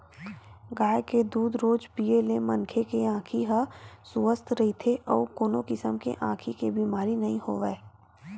गाय के दूद रोज पीए ले मनखे के आँखी ह सुवस्थ रहिथे अउ कोनो किसम के आँखी के बेमारी नइ होवय